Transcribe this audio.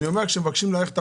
זה